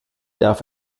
darf